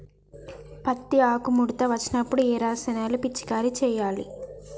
పత్తి ఆకు ముడత వచ్చినప్పుడు ఏ రసాయనాలు పిచికారీ చేయాలి?